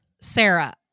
sarah